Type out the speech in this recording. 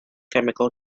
chemical